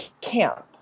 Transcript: camp